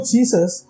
Jesus